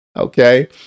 Okay